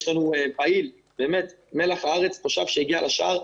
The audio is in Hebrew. יש לנו פעיל מלח הארץ, תושב שהגיע לשער,